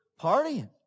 partying